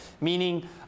Meaning